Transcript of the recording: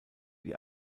die